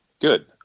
Good